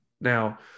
now